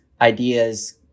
ideas